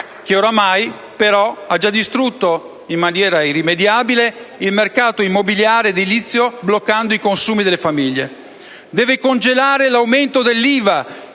che ormai, però, ha già distrutto in maniera irrimediabile il mercato immobiliare edilizio bloccando i consumi delle famiglie; deve congelare l'aumento dell'IVA,